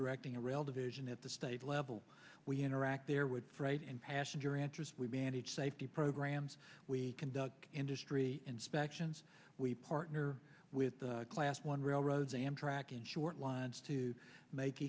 directing a rail division at the state level we interact there would end passenger interest we manage safety programs we conduct industry inspections we partner with class one railroads amtrak in short wants to make